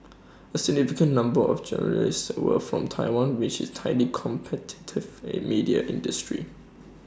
A significant number of journalists were from Taiwan which is tightly competitive media industry